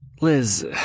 Liz